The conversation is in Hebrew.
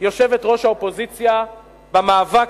יושבת-ראש האופוזיציה במאבק,